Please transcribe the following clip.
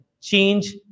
change